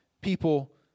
people